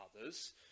others